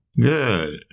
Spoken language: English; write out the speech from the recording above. Good